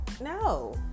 no